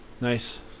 Nice